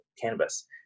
cannabis